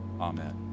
amen